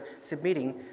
submitting